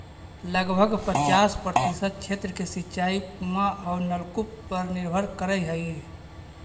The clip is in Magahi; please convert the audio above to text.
लगभग पचास प्रतिशत क्षेत्र के सिंचाई कुआँ औ नलकूप पर निर्भर करऽ हई